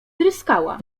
tryskała